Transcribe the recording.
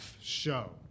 show